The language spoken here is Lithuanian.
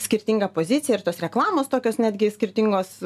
skirtinga pozicija ir tos reklamos tokios netgi skirtingos